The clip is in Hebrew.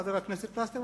חבר הכנסת פלסנר,